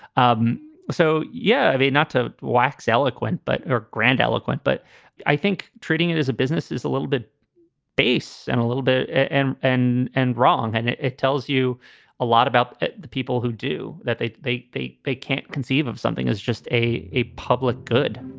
um so, yeah, i mean, not to wax eloquent but or grand eloquent, but i think treating it as a business is a little bit base and a little bit and and and wrong. and it it tells you a lot about the people who do that. they, they, they they can't. conceive of something as just a a public good.